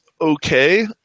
okay